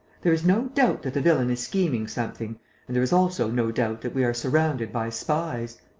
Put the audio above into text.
there is no doubt that the villain is scheming something and there is also no doubt that we are surrounded by spies.